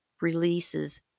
releases